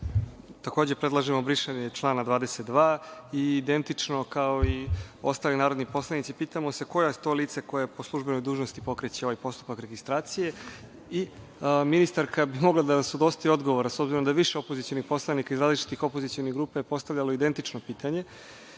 Takođe predlažemo brisanje člana 22. Identično kao i ostali narodni poslanici, pitamo se – ko je to lice koje po službenoj dužnosti pokreće ovaj postupak registracije? Ministarka bi mogla da nas udostoji odgovora s obzirom da je više opozicionih poslanika iz različitih opozicionih grupa postavljalo identično pitanje.